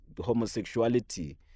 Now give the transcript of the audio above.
homosexuality